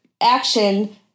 action